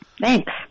Thanks